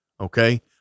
Okay